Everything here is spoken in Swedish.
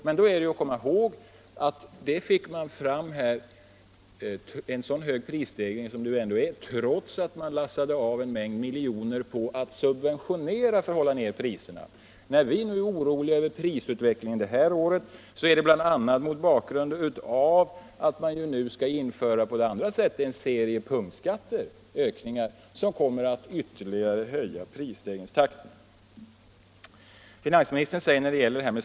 Men då är det att komma ihåg att man fick en så hög prisstegring som detta ändå är trots att man lastade av en mängd miljoner på att subventionera för att hålla priserna nere. När vi nu är oroliga över prisutvecklingen det här året är det bl.a. mot bakgrunden av att man i stället skall genomföra en serie punktskatteökningar, som kommer att ytterligare höja prisstegringstakten. Vem är det som betalar?